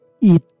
eat